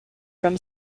from